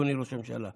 אדוני ראש הממשלה,